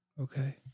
Okay